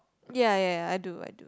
ya ya ya I do I do